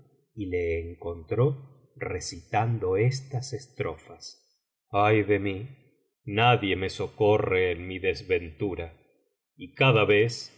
y le encontró recitando estas estrofas ay de mí nadie me socorre en mi desventura y cada vez